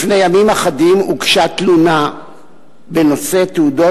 לפני ימים אחדים הוגשה תלונה בנושא תעודות